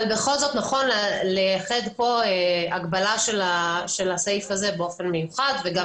אבל בכל זאת נכון לייחד פה הגבלה של הסעיף הזה באופן מיוחד ושגם